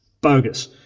bogus